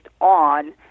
on